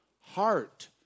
heart